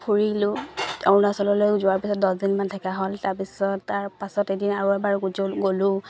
ফুৰিলো অৰুণাচললৈ যোৱাৰ পিছত দছ দিনমান থকা হ'ল তাৰপিছত তাৰপাছত এদিন আৰু এবাৰ গজোল গ'লো